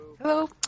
Hello